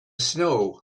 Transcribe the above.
snow